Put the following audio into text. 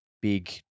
big